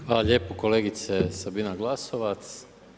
Hvala lijepo kolegice Sabina Glasovac.